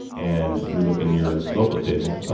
and you look in your local table,